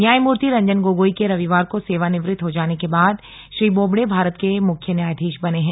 न्यायमूर्ति रंजन गोगोई के रविवार को सेवानिवृत्त हो जाने के बाद श्री बोबड़े भारत के मुख्यो न्यायाधीश बने हैं